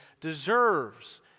deserves